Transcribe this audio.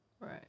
Right